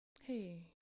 Hey